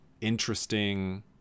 interesting